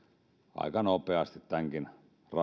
aika nopeasti tämänkin